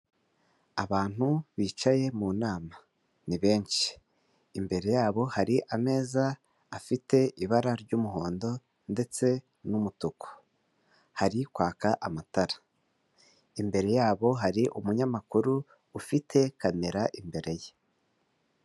Abantu bicaye mu nama ni benshi imbere yabo hari ameza afite ibara ry'umuhondo ndetse n'umutuku hari kwaka amatara imbere yabo hari umunyamakuru ufite kamera imbere ye.